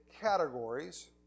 categories